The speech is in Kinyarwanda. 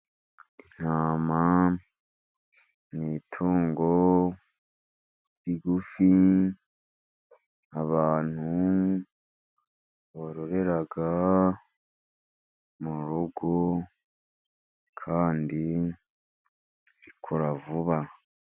Intama ni itungo rigufi abantu barorera mu rugo kandi rikura vuba.